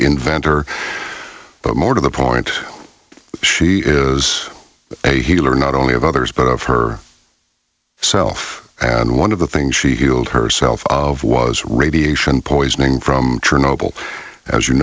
inventor but more to the point she is a healer not only of others but of her self and one of the things she healed herself of was radiation poisoning from chernobyl as you